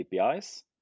APIs